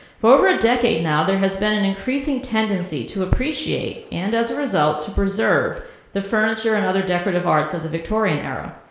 for over a decade now, there has been an increasing tendency to appreciate, and as a result to preserve the furniture and other decorative arts of the victorian era.